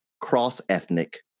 cross-ethnic